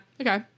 Okay